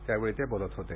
त्यावेळी ते बोलत होते